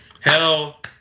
Hell